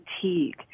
fatigue